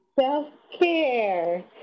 Self-care